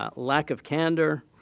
ah lack of candor,